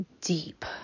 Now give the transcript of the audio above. Deep